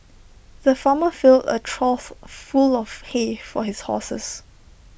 the farmer filled A trough full of hay for his horses